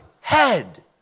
head